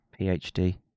PhD